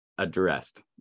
addressed